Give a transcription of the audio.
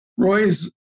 Roy's